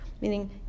meaning